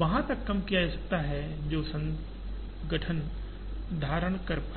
वहाँ तक कम करें जो संगठन धारण कर पाए